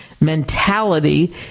mentality